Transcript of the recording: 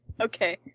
Okay